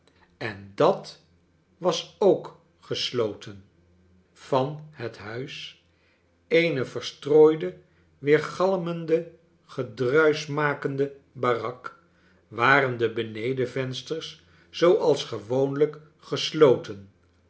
en dat was ook gesloten van het huis eene verstrooide weergalmende gedruischmakende barak waren de benedenvensters zooals gewoonlijk gesloten